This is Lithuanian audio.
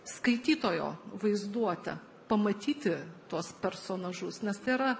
skaitytojo vaizduotę pamatyti tuos personažus nes tai yra